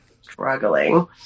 struggling